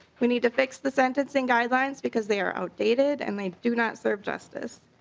we need to fix the sentencing guidelines because they are outdated and they do not serve justice.